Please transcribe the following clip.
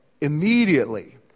immediately